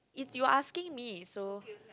it's you asking me so